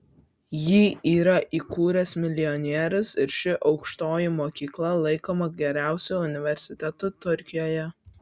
jį yra įkūręs milijonierius ir ši aukštoji mokykla laikoma geriausiu universitetu turkijoje